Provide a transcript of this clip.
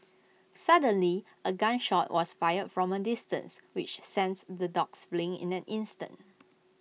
suddenly A gun shot was fired from A distance which sense the dogs fleeing in an instant